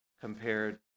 compared